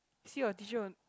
see your teacher w~